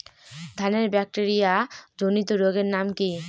ধানের ব্যাকটেরিয়া জনিত রোগের নাম কি?